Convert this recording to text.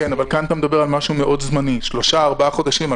כאן מדובר על משהו זמני מאוד, שלושה ארבעה חודשים.